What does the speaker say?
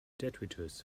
detritus